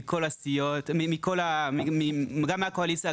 גם מהקואליציה,